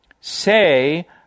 Say